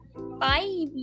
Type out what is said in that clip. bye